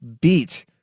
beat